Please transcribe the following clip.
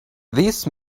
this